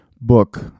book